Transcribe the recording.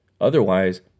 Otherwise